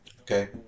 Okay